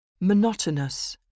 Monotonous